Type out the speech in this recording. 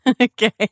Okay